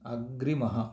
अग्रिमः